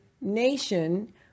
nation